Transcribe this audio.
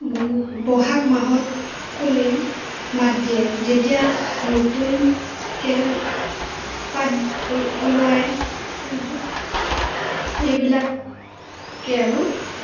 মানে বহাগ মাহত কুলিয়ে মাত দিয়ে যেতিয়া নতুনকৈ পাত ওলায় তাৰ পিছত এইবিলাককেই আৰু